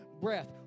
breath